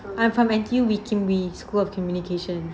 I am from N_T_U wee kim wee school of communication